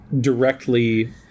directly